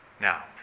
Now